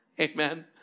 Amen